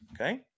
okay